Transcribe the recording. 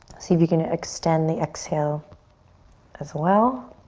see if you can extend the exhale as well.